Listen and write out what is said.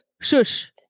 shush